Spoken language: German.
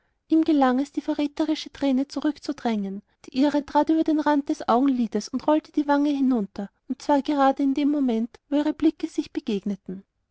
ihm gelang es die verräterische träne zurückzudrängen die ihre trat über den rand des augenlides und rollte die wange hinunter und zwar gerade in dem moment wo ihre blicke sich begegneten